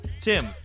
Tim